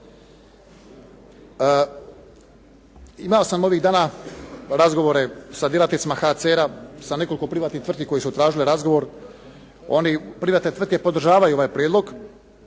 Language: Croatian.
Imao sam ovih dana razgovore sa djelatnicima HCR-a, sa nekoliko privatnih tvrtki koje su tražile razgovor. Privatne tvrtke podržavaju ovaj prijedlog